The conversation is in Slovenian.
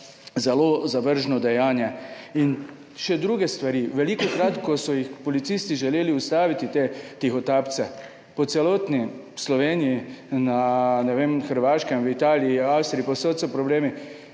zelo zavržno dejanje. Še druge stvari. Velikokrat, ko so jih policisti želeli ustaviti, te tihotapce po celotni Sloveniji, na, ne vem, Hrvaškem, v Italiji, v Avstriji, povsod so problemi.